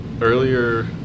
Earlier